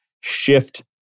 shift